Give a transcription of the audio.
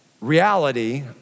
reality